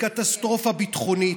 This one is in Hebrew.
וקטסטרופה ביטחונית,